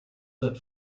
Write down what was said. that